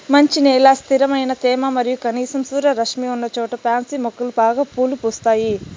మంచి నేల, స్థిరమైన తేమ మరియు కనీసం సూర్యరశ్మి ఉన్నచోట పాన్సి మొక్కలు బాగా పూలు పూస్తాయి